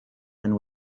and